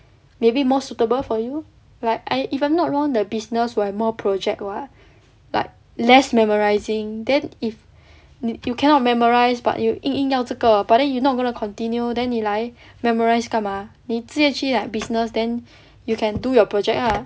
maybe more suitable for you like I if I'm not wrong the business will have more project [what] like less memorising then if you cannot memorise but you 硬硬要这个 but then you're not going to continue then 你来 memorise 干吗你直接去 like business then you can do your project ah